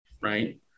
Right